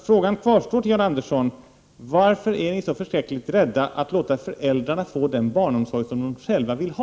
Frågan till Jan Andersson kvarstår: Varför är ni så förskräckligt rädda för att låta föräldrarna få den barnomsorg som de själva vill ha?